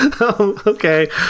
Okay